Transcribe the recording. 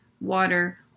water